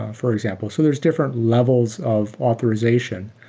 for example. so there are different levels of authorization.